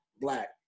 black